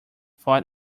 thought